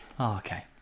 okay